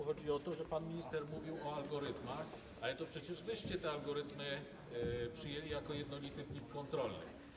Chodzi o to, że pan minister mówił o algorytmach, ale to przecież wy te algorytmy przyjęliście jako jednolity plik kontrolny.